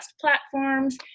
platforms